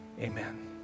Amen